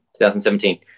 2017